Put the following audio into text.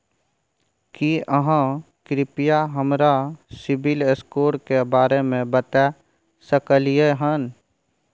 की आहाँ कृपया हमरा सिबिल स्कोर के बारे में बता सकलियै हन?